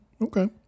okay